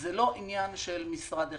זה לא עניין של משרד אחד.